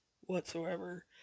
whatsoever